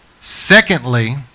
Secondly